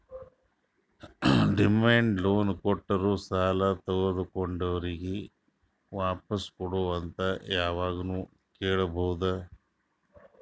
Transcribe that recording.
demand loan ಕೊಟ್ಟೋರು ಸಾಲ ತಗೊಂಡೋರಿಗ್ ವಾಪಾಸ್ ಕೊಡು ಅಂತ್ ಯಾವಾಗ್ನು ಕೇಳ್ಬಹುದ್